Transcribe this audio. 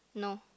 no